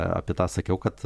apie tą sakiau kad